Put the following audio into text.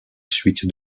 suite